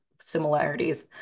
similarities